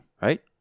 Right